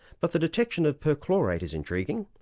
but the detection of perchlorate is intriguing.